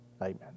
Amen